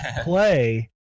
play